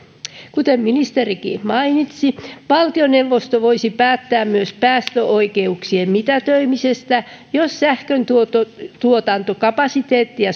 kuten ministerikin mainitsi valtioneuvosto voisi päättää myös päästöoikeuksien mitätöimisestä jos sähköntuotantokapasiteettia